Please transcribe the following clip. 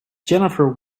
jennifer